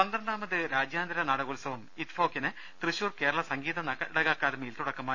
പന്ത്രണ്ടാമത് രാജ്യാന്തര നാടകോത്സവം ഇറ്റ്ഫോക്കിന് തൃശൂർ കേരള സംഗീത നാടക അക്കാദമിയിൽ തുടക്കമായി